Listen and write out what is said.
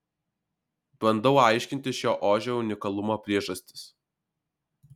bandau aiškintis šio ožio unikalumo priežastis